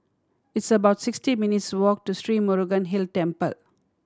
it's about sixty minutes' walk to Sri Murugan Hill Temple